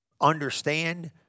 understand